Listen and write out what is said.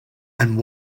and